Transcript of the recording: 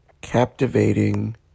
captivating